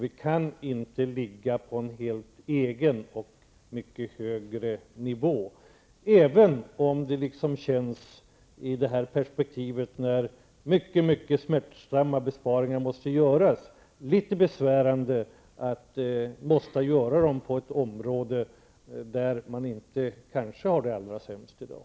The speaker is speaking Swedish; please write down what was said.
Vi kan inte i Sverige ligga på en egen och mycket högre nivå, även om det känns hårt när mycket smärtsamma besparingar måste göras. Det är litet besvärande att behöva göra dem på ett område där man har det svårt men kanske inte allra sämst i dag.